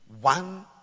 one